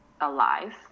alive